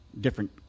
different